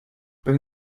bring